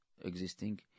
existing